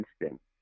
instinct